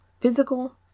physical